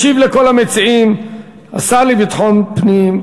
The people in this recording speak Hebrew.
ישיב לכל המציעים השר לביטחון פנים,